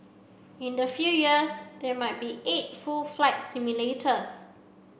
in a few years there may be eight full flight simulators